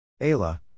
Ayla